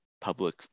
public